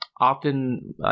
often